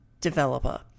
developer